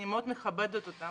אני מאוד מכבדת אותם,